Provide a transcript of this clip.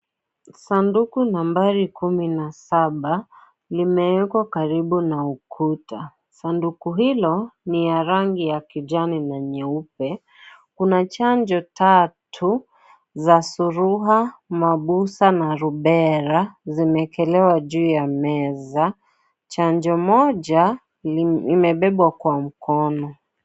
Sanduku nambari kumi na saba, limewekwa karibu na ukuta. Sanduku hilo ni ya rangi ya kijani na nyeupe. Kuna chanjo tatu, za surua, mabusha na rubela zimewekelewa juu ya meza. Chanjo moja limebebwa kwa mkono.